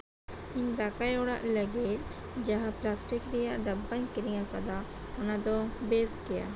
ᱤᱧ ᱫᱟᱠᱟᱭ ᱚᱲᱟᱜ ᱞᱟᱹᱜᱤᱫ ᱡᱟᱦᱟᱸ ᱯᱞᱟᱥᱴᱤᱠ ᱨᱮᱭᱟᱜ ᱰᱟᱵᱵᱟᱧ ᱠᱤᱨᱤᱧ ᱟᱠᱟᱫᱟ ᱚᱱᱟᱫᱚ ᱵᱮᱥ ᱜᱮᱭᱟ